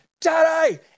Daddy